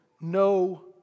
No